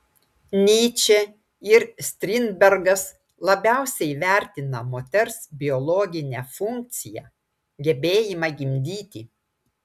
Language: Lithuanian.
nyčė ir strindbergas labiausiai vertina moters biologinę funkciją gebėjimą gimdyti